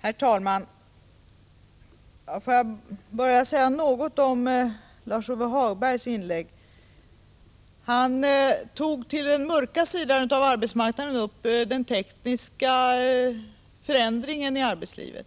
Herr talman! Jag vill säga något om Lars-Ove Hagbergs inlägg. Han anser att den tekniska förändringen i arbetslivet hör till de